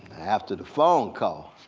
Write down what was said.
after the phone call,